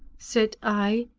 said i,